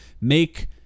make